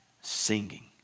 singing